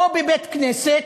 או בבית-כנסת,